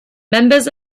members